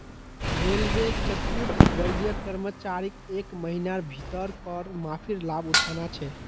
railway चतुर्थवर्गीय कर्मचारीक एक महिनार भीतर कर माफीर लाभ उठाना छ